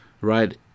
right